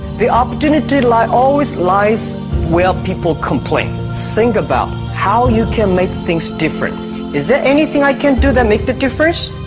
the opportunity lie always lies where people complain think about how you can make things different is there anything i can do that make the difference